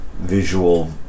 Visual